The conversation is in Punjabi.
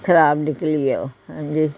ਖ਼ਰਾਬ ਨਿਕਲੀ ਹੈ ਉਹ ਹਾਂਜੀ